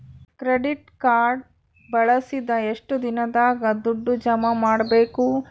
Credit card ಬಳಸಿದ ಎಷ್ಟು ದಿನದಾಗ ದುಡ್ಡು ಜಮಾ ಮಾಡ್ಬೇಕು?